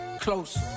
Close